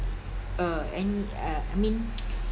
uh any uh I mean